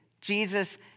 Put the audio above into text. Jesus